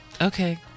Okay